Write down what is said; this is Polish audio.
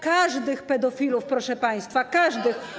Każdych pedofilów, proszę państwa, każdych.